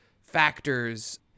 factors